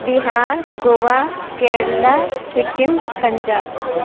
Bihar Goa Kerala Sikkim Punjab